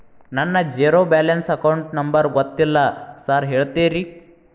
ನನ್ನ zero balance account number ಗೊತ್ತಿಲ್ಲ sir ಹೇಳ್ತೇರಿ?